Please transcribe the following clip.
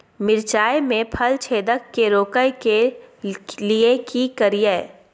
मिर्चाय मे फल छेदक के रोकय के लिये की करियै?